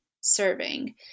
serving